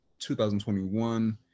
2021